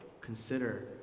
consider